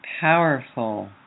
powerful